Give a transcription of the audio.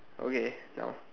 okay down